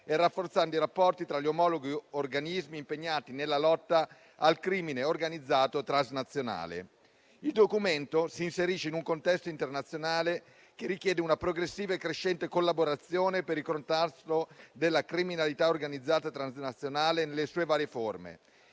e rafforzando i rapporti tra gli omologhi organismi impegnati nella lotta al crimine organizzato transnazionale. Il documento si inserisce in un contesto internazionale che richiede una progressiva e crescente collaborazione per il contrasto della criminalità organizzata transnazionale nelle sue varie forme